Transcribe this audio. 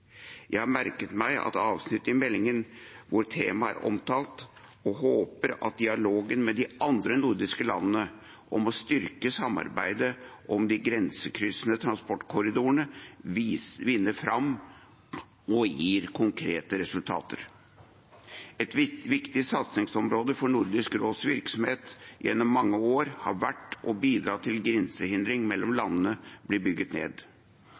Jeg har merket meg avsnittet i meldingen hvor temaet er omtalt, og håper at dialogen med de andre nordiske landene om å styrke samarbeidet om de grensekryssende transportkorridorene vinner fram og gir konkrete resultater. Et viktig satsingsområde for Nordisk råds virksomhet gjennom mange år har vært å bidra til at grensehindre mellom landene blir bygget ned.